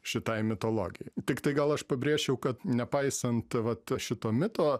šitai mitologijai tiktai gal aš pabrėžčiau kad nepaisant vat šito mito